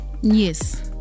Yes